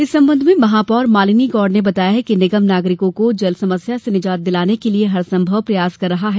इस संबंध में महापौर मालिनी गौड़ ने बताया कि निगम नागरिकों को जल समस्या से निजात दिलाने के लिए हरसंभव प्रयास कर रही है